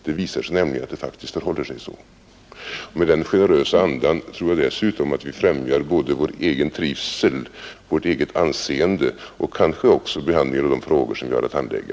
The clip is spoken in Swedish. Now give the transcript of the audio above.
Det visar sig nämligen att det faktiskt förhåller sig så. Med den generösa andan tror jag dessutom att vi främjar både vår egen trivsel, vårt eget anseende och kanske också behandlingen av de frågor som vi har att handlägga.